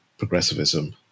progressivism